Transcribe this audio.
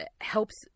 Helps